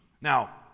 Now